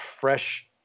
fresh